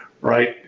Right